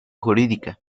jurídica